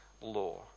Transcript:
law